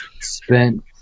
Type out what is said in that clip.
spent